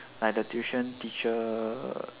like the tuition teacher